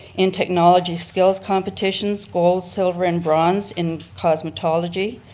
in technology skills competitions, gold, silver and bronze in cosmetology,